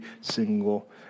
single